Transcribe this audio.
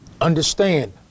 Understand